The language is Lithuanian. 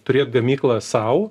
turėt gamyklą sau